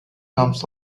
comes